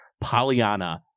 Pollyanna